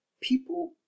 people